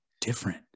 different